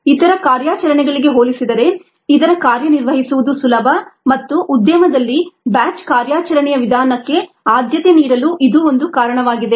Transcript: ಇತರ ಕಾರ್ಯಾಚರಣೆಗಳಿಗೆ ಹೋಲಿಸಿದರೆ ಇದರ ಕಾರ್ಯನಿರ್ವಹಿಸುವುದು ಸುಲಭ ಮತ್ತು ಉದ್ಯಮದಲ್ಲಿ ಬ್ಯಾಚ್ ಕಾರ್ಯಾಚರಣೆಯ ವಿಧಾನಕ್ಕೆ ಆದ್ಯತೆ ನೀಡಲು ಇದು ಒಂದು ಕಾರಣವಾಗಿದೆ